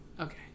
Okay